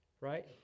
right